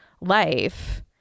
life